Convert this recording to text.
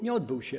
Nie odbył się.